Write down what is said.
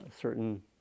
certain